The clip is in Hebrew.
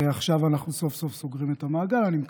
ועכשיו אנחנו סוף-סוף סוגרים את המעגל, אני מקווה.